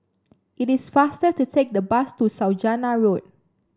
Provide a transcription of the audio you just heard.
it is faster to take the bus to Saujana Road